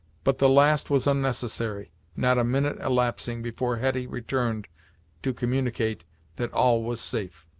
but the last was unnecessary, not a minute elapsing before hetty returned to communicate that all was safe.